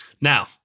Now